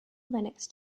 linux